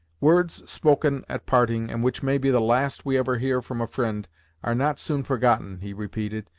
words spoken at parting, and which may be the last we ever hear from a fri'nd are not soon forgotten, he repeated,